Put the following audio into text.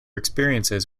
experiences